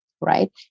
right